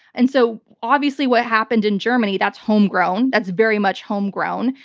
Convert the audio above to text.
and so obviously what happened in germany, that's homegrown. that's very much homegrown,